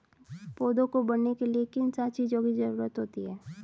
पौधों को बढ़ने के लिए किन सात चीजों की जरूरत होती है?